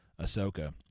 Ahsoka